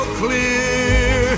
clear